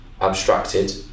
abstracted